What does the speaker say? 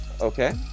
Okay